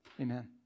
Amen